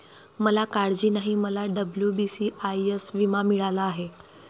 मला काळजी नाही, मला डब्ल्यू.बी.सी.आय.एस विमा मिळाला आहे